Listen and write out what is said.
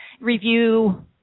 review